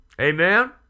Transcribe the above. Amen